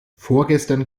vorgestern